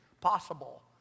possible